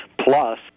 plus